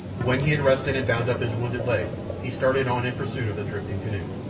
when he had rested and bound up his wounded leg he started on in pursuit of the drifting canoe.